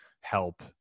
help